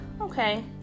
okay